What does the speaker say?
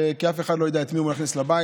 כי אף אחד לא יודע את מי הוא מכניס לבית.